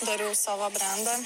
dariau savo brendą